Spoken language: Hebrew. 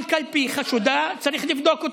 כל קלפי חשודה, צריך לבדוק אותה.